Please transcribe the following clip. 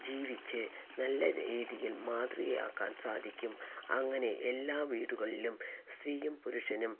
ജീവിച്ച് നല്ല രീതിയിൽ മാതൃക ആക്കാൻ സാധിക്കും അങ്ങനെ എല്ലാ വീടുകളിലും സ്ത്രീയും പുരുഷനും